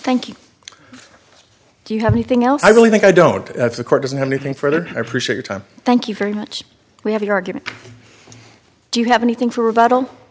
thank you do you have anything else i really think i don't if the court doesn't have anything further i appreciate your time thank you very much we have an argument do you have anything for a battle